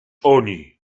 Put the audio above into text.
oni